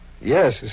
Yes